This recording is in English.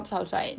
ya